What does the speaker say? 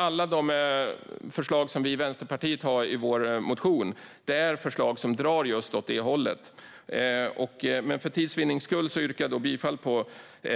Alla förslag som vi i Vänsterpartiet har i vår motion är förslag som drar åt det hållet. För tids vinnande yrkar jag bifall endast till